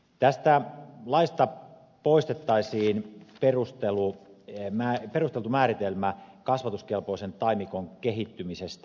tästä laista poistettaisiin perusteltu määritelmä kasvatuskelpoisen taimikon kehittymisestä